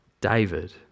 David